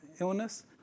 illness